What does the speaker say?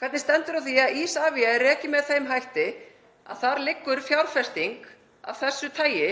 Hvernig stendur á því að Isavia er rekið með þeim hætti að þar liggur fjárfesting af þessu tagi